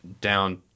down